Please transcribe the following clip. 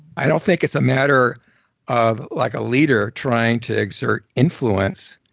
i don't think it's matter of like a leader trying to exert influence,